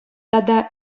тата